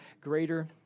greater